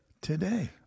Today